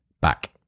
back